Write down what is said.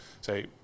say –